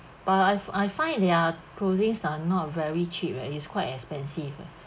but I've I've find their clothings are not very cheap leh is quite expensive leh